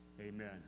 Amen